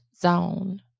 zone